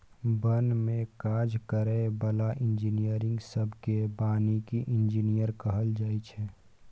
बन में काज करै बला इंजीनियरिंग सब केँ बानिकी इंजीनियर कहल जाइ छै